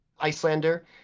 Icelander